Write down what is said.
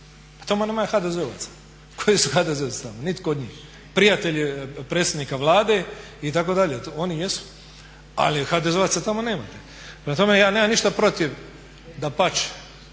Pa tamo nema HDZ-ovaca! Koji su HDZ-ovci tamo? Nitko od njih. Prijatelji predsjednika Vlade itd. Oni jesu. Ali HDZ-ovaca tamo nemate. Prema tome, ja nemam ništa protiv. Dapače,